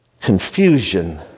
confusion